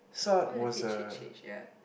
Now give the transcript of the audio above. all the H H H ya